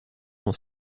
dans